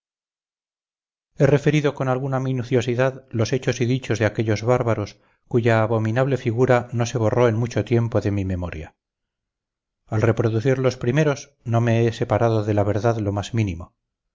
referido con alguna minuciosidad los hechos y dichos de aquellos bárbaros cuya abominable figura no se borró en mucho tiempo de mi memoria al reproducir los primeros no me he separado de la verdad lo más mínimo